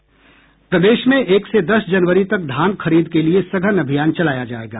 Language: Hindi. प्रदेश में एक से दस जनवरी तक धान खरीद के लिए सघन अभियान चलाया जायेगा